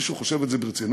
מישהו חושב את זה ברצינות?